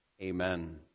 Amen